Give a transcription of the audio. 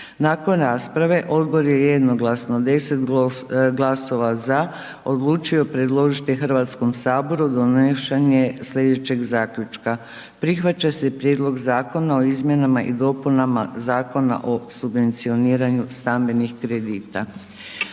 Nakon rasprave odbor je jednoglasno 10 glasova za, odlučio preložiti Hrvatskom saboru donošenje slijedećeg zaključka. Prihvaća se Prijedlog Zakona o izmjenama i dopunama Zakona o subvencioniranju stambenih kredita.